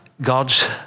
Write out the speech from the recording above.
God's